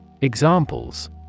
Examples